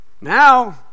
Now